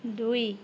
দুই